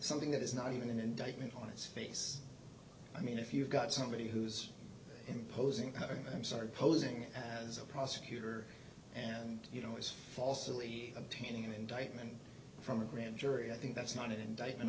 something that is not even an indictment on its face i mean if you've got somebody who's imposing i'm sorry posing as a prosecutor and you know is falsely obtaining an indictment from a grand jury i think that's not an indictment